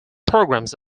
programs